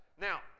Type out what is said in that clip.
Now